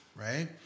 Right